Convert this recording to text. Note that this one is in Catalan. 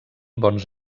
bons